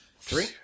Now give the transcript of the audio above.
Three